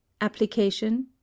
Application